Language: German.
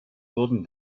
wurden